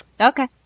Okay